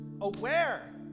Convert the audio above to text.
aware